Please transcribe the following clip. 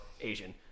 asian